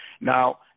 Now